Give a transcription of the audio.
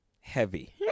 heavy